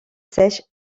sèches